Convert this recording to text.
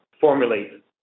formulate